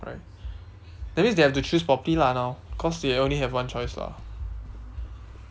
right that means they have to choose properly lah now cause they only have one choice lah